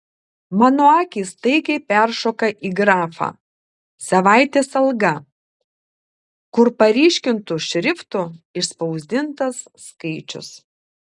mano akys staigiai peršoka į grafą savaitės alga kur paryškintu šriftu išspausdintas skaičius